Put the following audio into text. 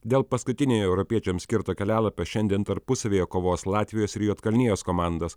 dėl paskutiniojo europiečiams skirto kelialapio šiandien tarpusavyje kovos latvijos ir juodkalnijos komandos